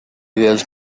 dels